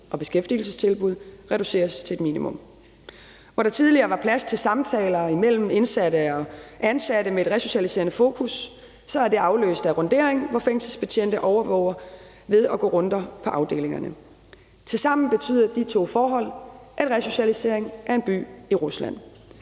og beskæftigelsestilbud reduceres til et minimum. Hvor der tidligere var plads til samtaler imellem indsatte og ansatte med et resocialiserende fokus, er det afløst af rundering, hvor fængselsbetjente overvåger ved at gå runder på afdelingerne. Tilsammen betyder de to forhold, at resocialisering er en by i Rusland.